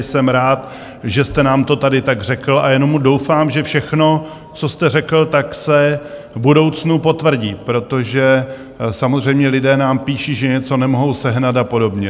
Jsem rád, že jste nám to tady tak řekl, a jenom doufám, že všechno, co jste řekl, se v budoucnu potvrdí, protože samozřejmě lidé nám píší, že něco nemohou sehnat a podobně.